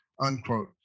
Unquote